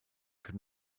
could